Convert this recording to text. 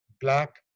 Black